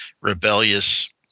rebellious